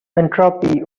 entropy